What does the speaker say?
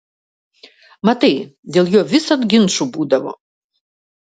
matai dėl jo visad ginčų būdavo